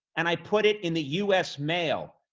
and i put it in the u s. mail.